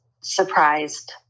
surprised